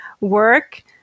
work